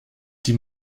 die